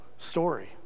Story